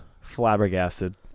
flabbergasted